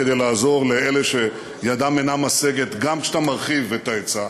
כדי לעזור לאלה שידם אינה משגת גם כשאתה מרחיב את ההיצע.